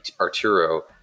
arturo